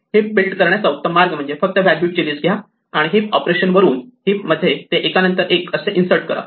heap build करण्याचा उत्तम मार्ग म्हणजे फक्त व्हॅल्यूजची लिस्ट घ्या आणि हीप ऑपरेशन वापरून हीप मध्ये ते एका नंतर एक असे इन्सर्ट करा